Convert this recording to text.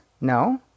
no